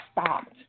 stopped